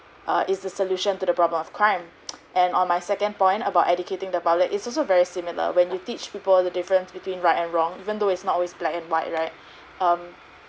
uh is the solution to the problem of crime and on my second point about educating the public is also very similar when you teach people the difference between right and wrong window is not always black and white right um